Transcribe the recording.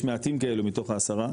יש מעטים כאלו מתוך ה-10,